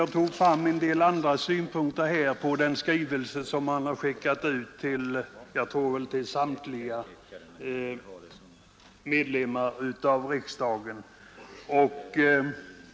Herr Wikner anförde en rad andra synpunkter i anslutning till en skrivelse, som han eller hans organisation såvitt jag förstår låtit sända till samtliga ledamöter av riksdagen.